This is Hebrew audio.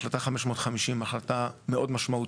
החלטה 550 החלטה מאוד משמעותית,